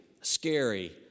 scary